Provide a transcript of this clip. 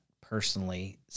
personally